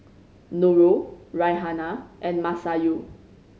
Nurul Raihana and Masayu